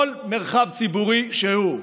כל מרחב ציבורי שהוא.